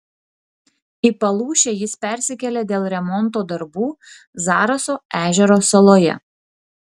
į palūšę jis persikėlė dėl remonto darbų zaraso ežero saloje